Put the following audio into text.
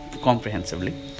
comprehensively